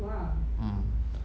mm